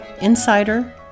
Insider